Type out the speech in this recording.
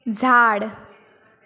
झाड